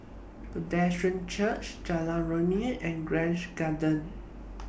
Presbyterian Church Jalan Rumia and Grange Garden